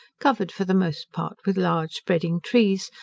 covered for the most part with large spreading trees,